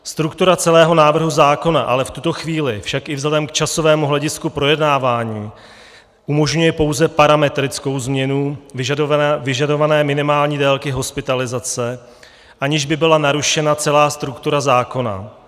Struktura celého návrhu zákona ale v tuto chvíli i vzhledem k časovému hledisku projednávání umožňuje pouze parametrickou změnu vyžadované minimální délky hospitalizace, aniž by byla narušena celá struktura zákona.